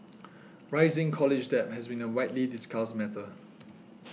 rising college debt has been a widely discussed matter